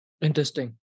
Interesting